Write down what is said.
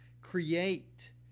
Create